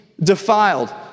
defiled